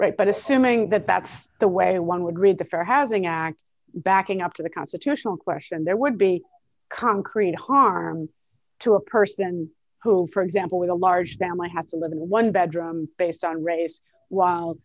right but assuming that that's the way one dollar would read the fair housing act backing up to the constitutional question there would be concrete harm to a person who for example with a large family has to live in a one bedroom based on race whil